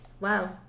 Wow